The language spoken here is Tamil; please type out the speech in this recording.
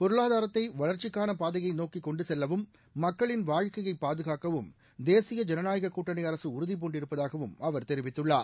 பொருளாதாரத்தை வளச்சிக்கான பாதையை நோக்கிக்கொண்டு செல்லவும் மக்களின் வாழ்க்கையை பாதுகாக்கவும் தேசிய ஜனநாயகக் கூட்டணி அரசு உறுதி பூண்டிருப்பதாகவும் அவர் தெரிவித்துள்ளார்